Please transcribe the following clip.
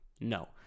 no